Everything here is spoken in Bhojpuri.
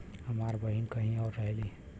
हमार बहिन कहीं और रहेली